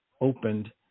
opened